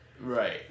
right